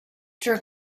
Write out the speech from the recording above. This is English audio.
their